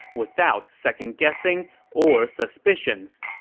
without second-guessing or suspicions.